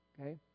Okay